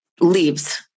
leaves